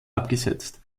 abgesetzt